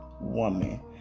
woman